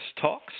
Talks